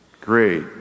Great